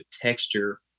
texture